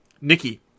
Nikki